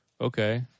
Okay